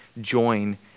join